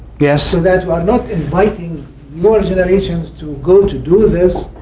yeah so that we are not inviting your generation to go to do this,